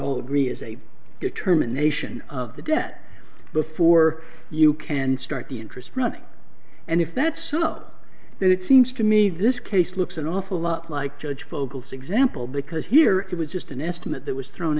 all agree is a determination of the debt before you can start the interest running and if that's so then it seems to me this case looks an awful lot like judge fogel sigs ample because here it was just an estimate that was thrown